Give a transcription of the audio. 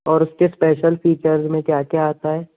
और उसके special features में क्या क्या आता है